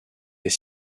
est